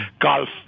golf